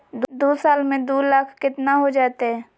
दू साल में दू लाख केतना हो जयते?